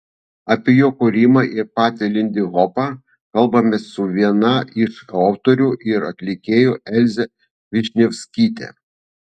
apie jo kūrimą ir patį lindihopą kalbamės su viena iš autorių ir atlikėjų elze višnevskyte